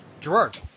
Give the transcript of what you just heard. Gerard